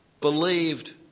believed